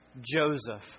Joseph